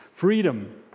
freedom